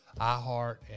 iHeart